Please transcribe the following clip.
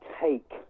take